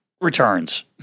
returns